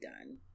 done